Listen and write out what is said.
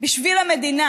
בשביל המדינה